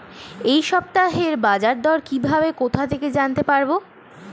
এই সপ্তাহের বাজারদর কিভাবে কোথা থেকে জানতে পারবো?